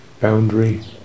boundary